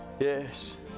Yes